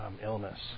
illness